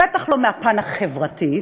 בטח לא מהפן החברתי,